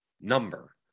number